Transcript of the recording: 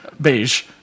Beige